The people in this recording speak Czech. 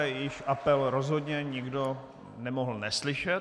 Její apel rozhodně nikdo nemohl neslyšet.